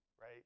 right